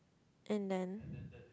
and then